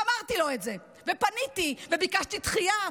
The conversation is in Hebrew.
אמרתי לו את זה, ופניתי וביקשתי דחייה.